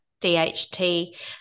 DHT